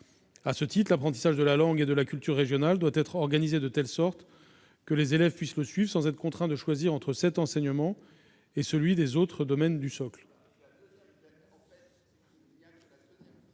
À ce titre, l'apprentissage de la langue et de la culture régionales doit être organisé de telle sorte que les élèves puissent le suivre sans être contraints de choisir entre cet enseignement et celui des autres domaines du socle.